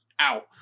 ow